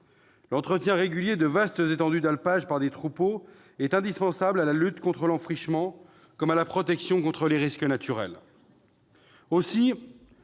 L'entretien régulier de vastes étendues d'alpages par des troupeaux est indispensable à la lutte contre l'enfrichement comme à la protection contre les risques naturels.